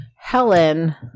helen